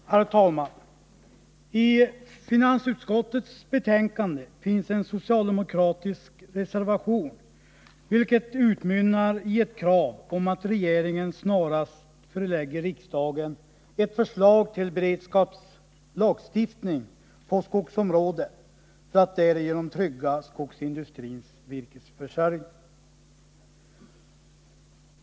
Herr talman! I finansutskottets betänkande finns en socialdemokratisk reservation som utmynnar i ett krav på att regeringen snarast förelägger riksdagen ett förslag till beredskapslagstiftning på skogsområdet för att därigenom trygga skogsindustrins virkesförsörjning.